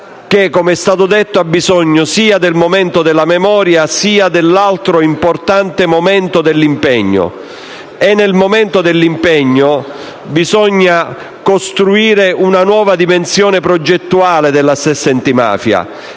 che, com'è stato detto, ha bisogno sia del momento della memoria, sia dell'altro importante momento dell'impegno. Nel momento dell'impegno bisogna costruire una nuova dimensione progettuale della stessa antimafia